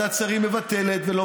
זה,